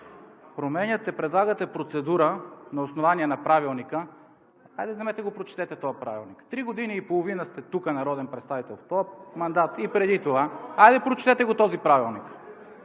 Ангелов, предлагате процедура на основание на Правилника. Хайде, вземете и прочетете този правилник! Три години и половина сте народен представител в този мандат и преди това – хайде, прочетете Правилника!